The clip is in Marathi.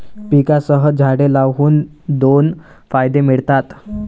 पिकांसह झाडे लावून दोन फायदे मिळतात